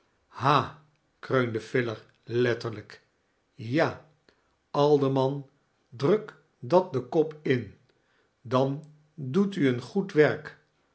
ha kreunde filer letterlijk ja alderman druk dat den kop in dan doet u een goed werk